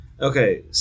Okay